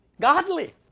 godly